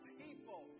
people